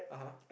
(uh huh)